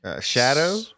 Shadow